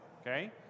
okay